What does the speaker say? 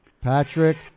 Patrick